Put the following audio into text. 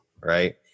right